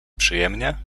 przyjemnie